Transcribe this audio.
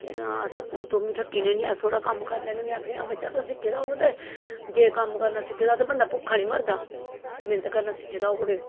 केह् नां अस तूं बी थक्की दी होन्नी अस थोह्ड़ा कम्म करी लैन्ने में आखनी हां बच्चा तुस सिक्खे दा होग ते जे कम्म करना सिक्खे दा होग ते बंदा भुक्खा निं मरदा मैंह्नत करना सिक्खे दा होग ते